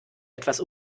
etwas